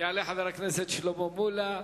חבר הכנסת נסים זאב.